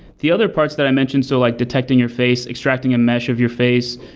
the other parts that i mentioned, so like detecting your face, extracting a mesh of your face,